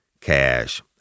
Cash